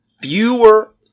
fewer